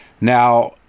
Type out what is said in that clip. Now